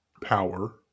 power